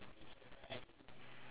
really